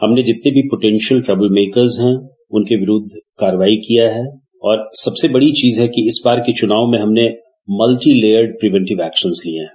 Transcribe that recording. हमने जितने भो पोंटिशयल फर्म मेकर्स है उनके विरूद्ध कार्यवाही किया है और सबसे बड़ी चीज है इस बार में चुनाव में हमने मल्टीलेयर्ड प्रिविटव एक्शन लिये है